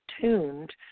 tuned